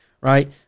Right